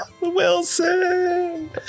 Wilson